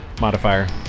modifier